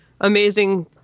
amazing